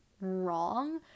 wrong